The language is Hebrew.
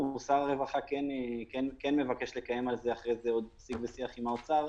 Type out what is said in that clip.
משרד הרווחה מבקש לקיים על זה שיג ושיח עם האוצר,